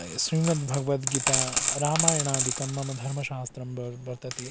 श्रीमद्भगवद्गीता रामायणादिकं मम धर्मशास्त्रं ब वर्तते